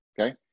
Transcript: okay